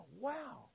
wow